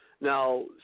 Now